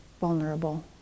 vulnerable